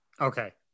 Okay